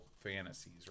Fantasies